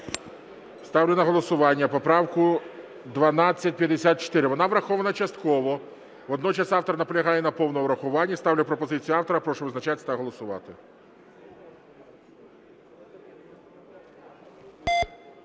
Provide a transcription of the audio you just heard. Ставлю на голосування поправку 1254. Вона врахована частково. Водночас автор наполягає на повному врахуванні. Ставлю пропозицію автора. Прошу визначатись та голосувати.